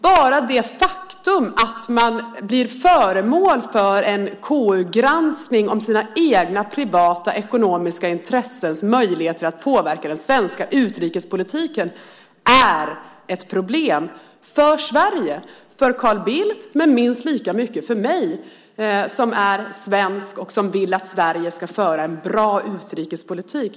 Bara det faktum att man blir föremål för en KU-granskning av sina egna privata ekonomiska intressens möjligheter att påverka den svenska utrikespolitiken är ett problem för Sverige, för Carl Bildt, men minst lika mycket för mig som är svensk och som vill att Sverige ska föra en bra utrikespolitik.